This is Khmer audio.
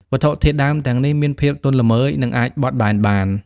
វត្ថុធាតុដើមទាំងនេះមានភាពទន់ល្មើយ និងអាចបត់បែនបាន។